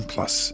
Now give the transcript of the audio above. Plus